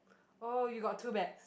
oh you got two bags